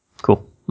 Cool